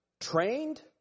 trained